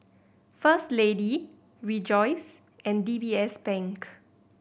First Lady Rejoice and D B S Bank